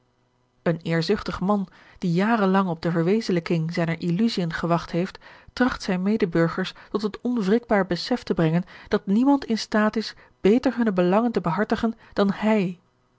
een eerzuchtig man die jaren lang op de verwezenlijking zijner illusiën gewacht heeft tracht zijne medeburgers tot het onwrikbaar besef te brengen dat niemand in staat is beter hunne belangen te behartigen dan hij